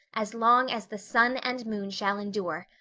as long as the sun and moon shall endure.